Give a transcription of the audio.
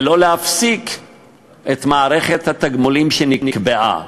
ולא להפסיק את מערכת התגמולים שנקבעה,